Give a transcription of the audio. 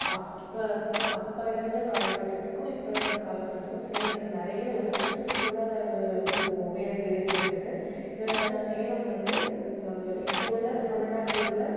அப்போ அப்போ இருந்த காலக்கட்டத்துக்கும் இப்போ இருக்கிற காலகட்டத்துக்கும் சேலத்தில் நிறைய ஒரு பொருளாதார உயர்வு ஏற்பட்டிருக்கு இதனால் சேலம் வந்து இப்போ உள்ள தமிழ்நாட்டில் உள்ள